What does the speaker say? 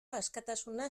askatasuna